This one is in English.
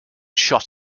shot